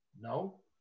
no